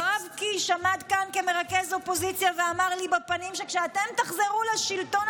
יואב קיש עמד כאן כמרכז אופוזיציה ואמר לי בפנים שכשאתם תחזרו לשלטון,